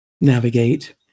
navigate